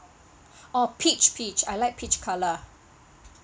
oh peach peach I like peach colour